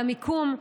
למיקום,